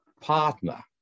partner